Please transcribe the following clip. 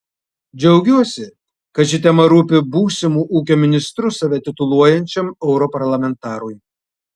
džiaugiuosi kad ši tema rūpi būsimu ūkio ministru save tituluojančiam europarlamentarui